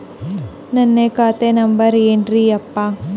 ನನ್ನ ಖಾತಾ ನಂಬರ್ ಏನ್ರೀ ಯಪ್ಪಾ?